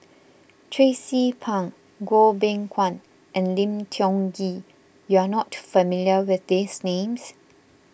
Tracie Pang Goh Beng Kwan and Lim Tiong Ghee you are not familiar with these names